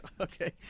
Okay